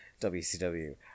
WCW